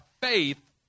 faith